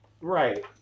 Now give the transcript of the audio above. Right